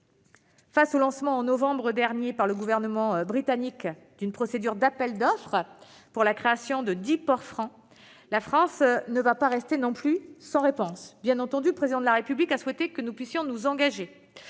Face au lancement, en novembre dernier, par le gouvernement britannique d'une procédure d'appel d'offres pour la création de dix ports francs, la France ne va pas rester sans réponse. Le Président de la République a souhaité que nous nous engagions.